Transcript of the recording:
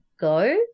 go